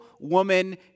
woman